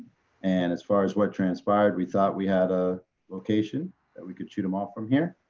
and as far as what transpired we thought we had a location that we could shoot them off from here.